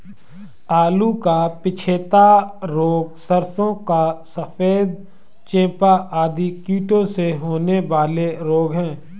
आलू का पछेता रोग, सरसों का सफेद चेपा आदि कीटों से होने वाले रोग हैं